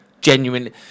genuinely